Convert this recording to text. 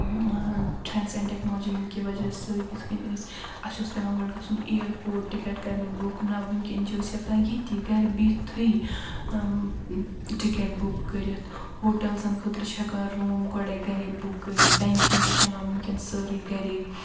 science and technology ہنٛدۍ کہِ وجہ سۭتۍ یتھ کنۍ أسۍ اسہِ اوس پیٚوان گۄڈٕ گژھُن اِیر پورٹ ٹکٹ کرنہِ بُک نہِ ونکیٚن چھ أسۍ ہیٚکان ییٚتی گرِ بہتھٕے ٹکٹ بُک کٔرتھ ہوٹلزن خٲطرٕ چھ ہیٚکان روم گۄڈے گرے بُک کٔرتھ بینٛکگ چھ چلان ونکیٚن سٲرٕے گرے